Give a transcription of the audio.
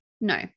no